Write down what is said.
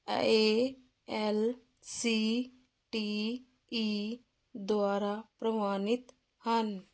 ਏ L C T E ਦੁਆਰਾ ਪ੍ਰਵਾਨਿਤ ਹਨ